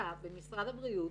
החלטה במשרד הבריאות,